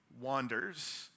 wanders